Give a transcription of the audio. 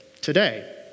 today